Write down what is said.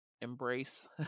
embrace